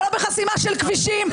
ולא בחסימה של כבישים,